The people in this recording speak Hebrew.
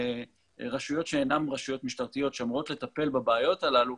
רשויות שאינן רשויות משטרתיות שאמורות לטפל בבעיות הללו,